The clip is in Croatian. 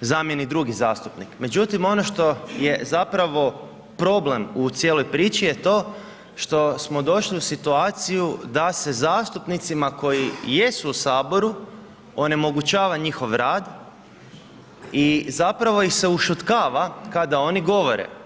zamijeni drugi zastupnik, međutim ono što je zapravo problem u cijeloj priči je to što smo došli u situaciju da se zastupnicima koji jesu u Saboru onemogućava njihov rad i zapravo ih se ušutkava kada oni govore.